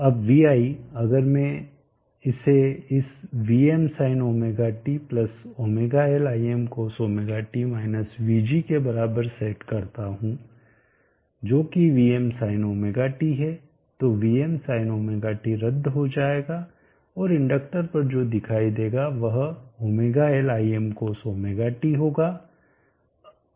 अब vi अगर मैं इसे इस Vmsinωt ωL Imcosωt - vg के बराबर सेट करता हूं जो कि Vmsinωt है तो Vmsinωt रद्द हो जाएगा और इंडक्टर पर जो दिखाई देगा वह ωL Imcosωt होगा